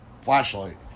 flashlight